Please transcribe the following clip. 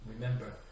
Remember